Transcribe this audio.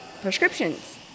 prescriptions